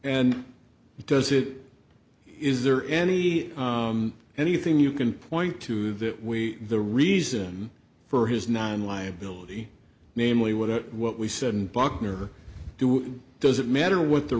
and does it is there any anything you can point to that we the reason for his nine liability namely what it what we said and buckner do does it matter what the